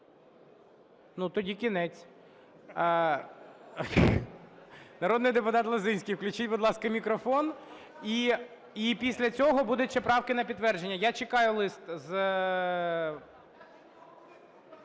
Ну, тоді кінець. Народний депутат Лозинський. Включіть, будь ласка, мікрофон. І після цього будуть ще правки на підтвердження. Я чекаю лист з…